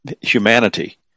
humanity